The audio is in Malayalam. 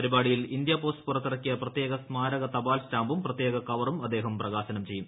പരിപാടിയിൽ ഇന്ത്യ പോസ്റ്റ് പുറത്തിറക്കിയ പ്രത്യേക സ്മാരക തപാൽ സ്റ്റാമ്പും ് പ്രത്യേക കവറും അദ്ദേഹം പ്രകാശനം ചെയ്യും